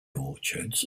orchards